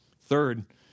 Third